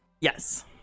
Yes